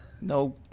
No